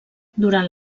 durant